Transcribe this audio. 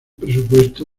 presupuesto